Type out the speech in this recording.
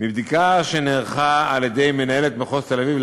מבדיקה שנערכה על-ידי מנהלת מחוז תל-אביב,